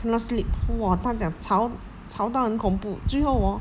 cannot sleep !wah! 他讲吵吵到很恐怖最后 hor